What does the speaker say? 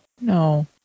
No